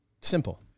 Simple